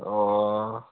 অ'